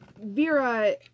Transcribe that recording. Vera